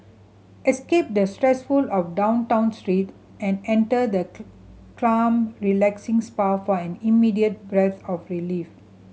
escape the stressful of down town street and enter the calm relaxing spa for an immediate breath of relief